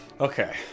Okay